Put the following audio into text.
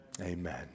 amen